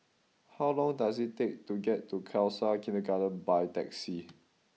how long does it take to get to Khalsa Kindergarten by taxi